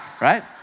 right